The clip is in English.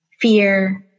fear